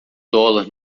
dólar